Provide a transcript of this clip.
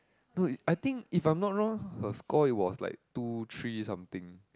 no it I think if I'm not wrong her score is was like two three something